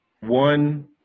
one